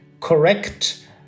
correct